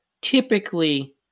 typically